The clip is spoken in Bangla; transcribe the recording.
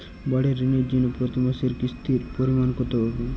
বাড়ীর ঋণের জন্য প্রতি মাসের কিস্তির পরিমাণ কত হবে?